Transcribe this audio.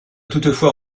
toutefois